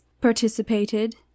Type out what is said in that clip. participated